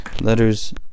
Letters